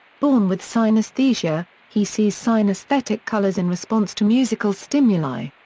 born with synesthesia, he sees synesthetic colours in response to musical stimuli.